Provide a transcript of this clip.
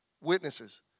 Witnesses